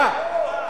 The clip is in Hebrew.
שקט.